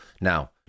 Now